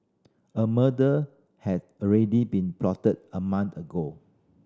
a murder had already been plotted a month ago